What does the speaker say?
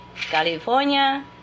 California